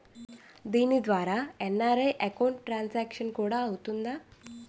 దీని ద్వారా NRI account transaction కూడా అవుతుందా?